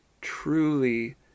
truly